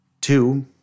Two